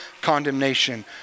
condemnation